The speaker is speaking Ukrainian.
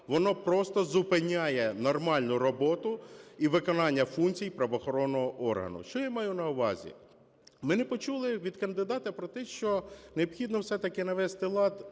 воно просто зупиняє нормальну роботу і виконання функцій правоохоронного органу. Що я маю на увазі? Ми не почули від кандидата про те, що необхідно все-таки навести лад